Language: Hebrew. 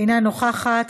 אינה נוכחת,